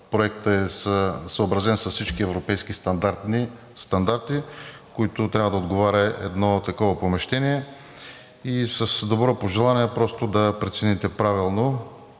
проектът е съобразен с всички европейски стандарти, на които трябва да отговаря едно такова помещение, и с добро пожелание просто да прецените правилно,